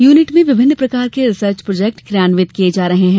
unit में विभिन्न प्रकार के रिसर्च प्रोजेक्ट क्रियान्वित किये जा रहे है